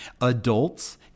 adults